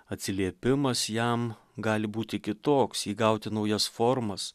atsiliepimas jam gali būti kitoks įgauti naujas formas